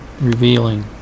revealing